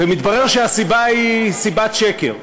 ומתברר שהסיבה היא סיבת שקר,